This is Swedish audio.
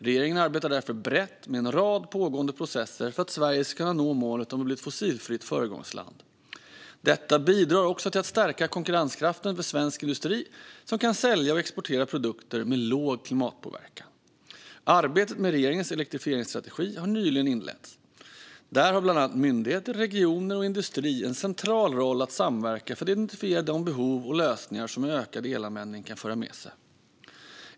Regeringen arbetar därför brett med en rad pågående processer för att Sverige ska kunna nå målet om att bli ett fossilfritt föregångsland. Detta bidrar också till att stärka konkurrenskraften för svensk industri som kan sälja och exportera produkter med låg klimatpåverkan. Arbetet med regeringens elektrifieringsstrategi har nyligen inletts. Där har bland annat myndigheter, regioner och industri en central roll att samverka för att identifiera de behov och lösningar som en ökad elanvändning kan föra med sig.